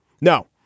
No